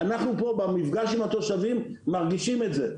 אנחנו פה במפגש עם התושבים מרגישים את זה.